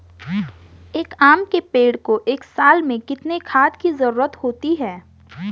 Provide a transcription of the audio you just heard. एक आम के पेड़ को एक साल में कितने खाद की जरूरत होती है?